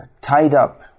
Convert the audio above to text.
tied-up